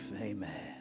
Amen